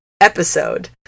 episode